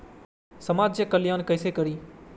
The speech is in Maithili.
समाज कल्याण केसे करी?